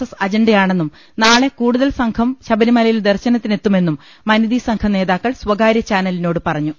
S അജണ്ടയാണെന്നും നാളെ കൂടുതൽ സംഘം ശബരിമലയിൽ ദർശനത്തിനെത്തുമെന്നും മനിതി സംഘം നേതാക്കൾ സ്വകാര്യ ചാനലിനോട് പറഞ്ഞു